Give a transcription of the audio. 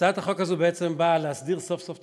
הצעת החוק הזאת בעצם באה להסדיר סוף-סוף את